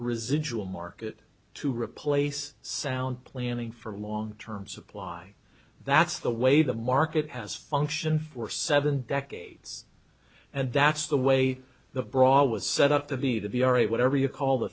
residual market to replace sound planning for long term supply that's the way the market has functioned for seven decades and that's the way the brawl was set up to be the ira whatever you call the